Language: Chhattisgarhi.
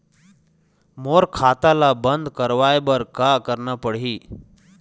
मोर खाता ला बंद करवाए बर का करना पड़ही?